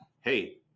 hey